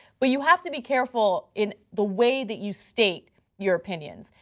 but you have to be careful in the way that you state your opinions.